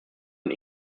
und